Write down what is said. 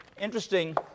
interesting